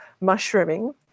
mushrooming